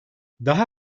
daha